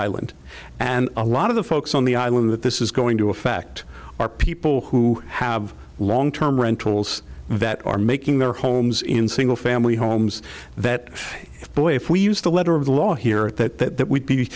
island and a lot of the folks on the island that this is going to affect are people who have long term rentals that are making their homes in single family homes that boy if we use the letter of the law here that